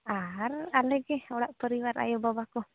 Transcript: ᱟᱨ ᱟᱞᱮᱜᱮ ᱚᱲᱟᱜ ᱯᱚᱨᱤᱵᱟᱨ ᱟᱭᱳ ᱵᱟᱵᱟ ᱠᱚ